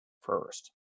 first